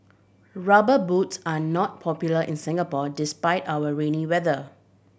Rubber Boots are not popular in Singapore despite our rainy weather